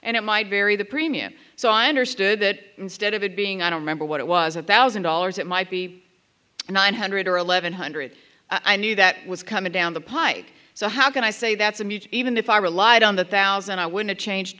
and it might vary the premium so i understood that instead of it being i don't remember what it was a thousand dollars it might be nine hundred or eleven hundred i knew that was coming down the pike so how can i say that's an even if i relied on the thousand i would've changed